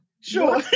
Sure